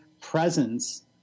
presence